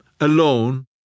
alone